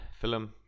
film